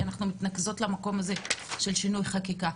ואנחנו מתנקזות למקום הזה של שינוי חקיקה.